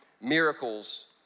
miracles